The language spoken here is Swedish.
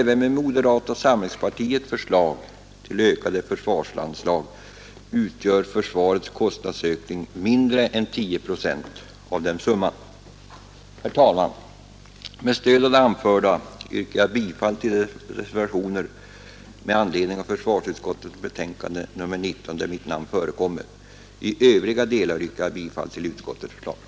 Även med moderata samlingspartiets förslag till ökade försvarsanslag utgör försvarets kostnadsökning mindre än 10 procent av den summan. Herr talman! Med stöd av det anförda yrkar jag bifall till de vid försvarsutskottets betänkande fogade reservationer där mitt namn förekommer. I övrigt yrkar jag bifall till utskottets hemställan.